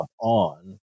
on